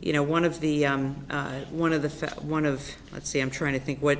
you know one of the one of the one of let's see i'm trying to think what